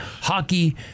Hockey